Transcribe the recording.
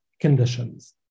conditions